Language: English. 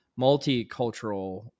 multicultural